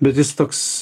bet jis toks